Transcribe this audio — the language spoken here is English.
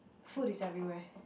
food is everywhere